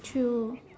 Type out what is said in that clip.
true